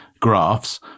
graphs